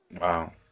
Wow